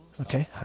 Okay